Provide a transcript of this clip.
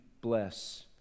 bless